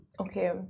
Okay